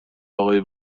آقای